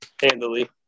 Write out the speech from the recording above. handily